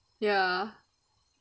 ya